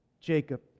Jacob